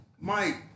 Mike